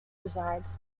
resides